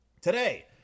Today